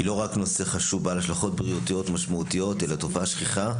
היא לא רק נושא חשוב בעל השלכות בריאותיות ומשמעותיות אלא תופעה שכיחה,